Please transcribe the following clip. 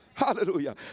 Hallelujah